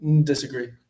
Disagree